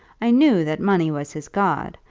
i knew that money was his god,